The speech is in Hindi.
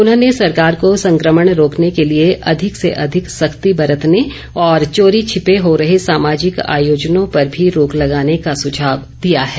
उन्होंने सरकार को संकमण रोकने के लिए अधिक से अधिक सख्ती बरतने और चोरी छिपे हो रहे सामाजिक आयोजनों पर भी रोक लगाने का सुझाव दिया है